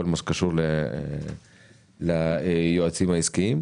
לגבי כל מה שקשור ליועצים העסקיים,